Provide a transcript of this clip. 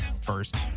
first